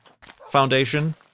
Foundation